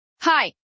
Hi